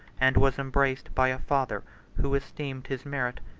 and was embraced by a father who esteemed his merit,